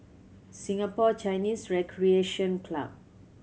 Singapore Chinese Recreation Club